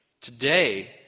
today